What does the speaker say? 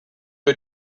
sua